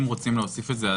אם רוצים להוסיף את זה,